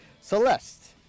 Celeste